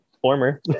Former